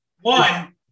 One